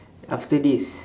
after this